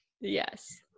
Yes